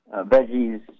veggies